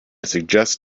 suggest